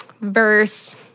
Verse